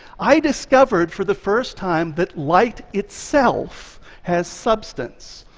i discovered for the first time that light itself has substance.